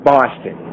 Boston